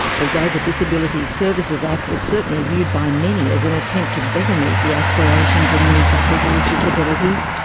although the disability services act was certainly viewed by many as an attempt to better meet the aspirations and needs of people with disabilities,